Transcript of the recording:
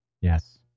Yes